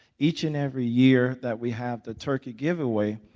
each and every year that we have the turkey giveaway,